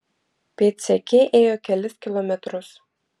pėdsekė ėjo kelis kilometrus